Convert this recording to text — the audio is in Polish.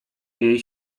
jej